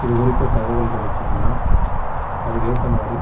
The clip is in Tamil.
இதுக்குறித்த தகவல் கிடைச்சிச்சின்னா அதுக்கேற்ற மாதிரி